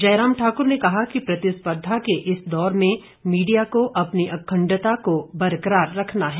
जयराम ठाकुर ने कहा कि प्रतिस्पर्धा के इस दौर में मीडिया को अपनी अखण्डता को बरकरार रखना है